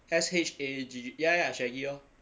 S H A G G ya ya shaggy orh